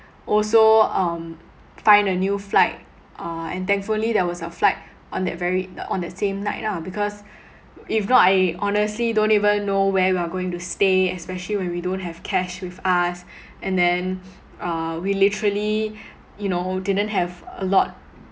also um find a new flight uh and thankfully there was a flight on that very the on that same night lah because if not I honestly don't even know where we are going to stay especially when we don't have cash with us and then uh we literally you know didn't have a lot